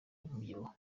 umubyibuho